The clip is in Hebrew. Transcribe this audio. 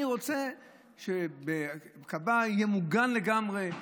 אני רוצה שכבאי יהיה מוגן לגמרי,